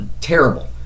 terrible